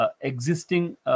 existing